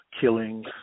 killings